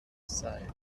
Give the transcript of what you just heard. side